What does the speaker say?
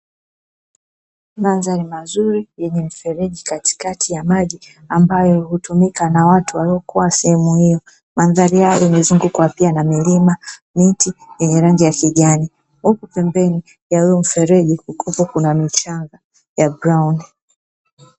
Mandhari mazuri yenye mfereji katikati ya maji ambayo hutumika na watu waliokuwa sehemu hiyo, mandhari yao umezungukwa pia na milima, miti yenye rangi ya kijani, huku pembeni ya huo mfereji kukiwa kuna michanga ya brauni.